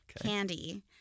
Candy